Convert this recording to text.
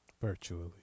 Virtually